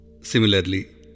Similarly